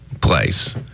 place